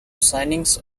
signings